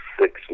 six